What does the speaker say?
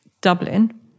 Dublin